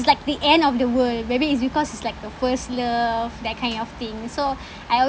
it's like the end of the world maybe it's because it's like your first love that kind of thing so I